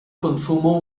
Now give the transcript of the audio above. consumo